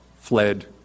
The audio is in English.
fled